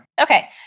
Okay